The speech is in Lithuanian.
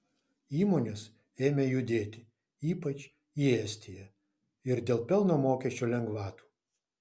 įmonės ėmė judėti ypač į estiją ir dėl pelno mokesčio lengvatų